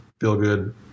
feel-good